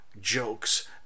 jokes